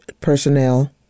personnel